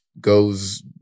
goes